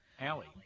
Allie